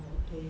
but then